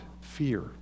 fear